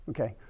Okay